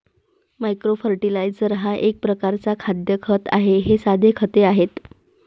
micro fertiliser हा एक प्रकारचा खाद्य खत आहे हे साधे खते आहेत